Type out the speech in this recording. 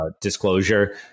disclosure